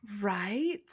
Right